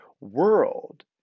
World